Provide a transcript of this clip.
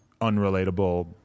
unrelatable